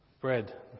bread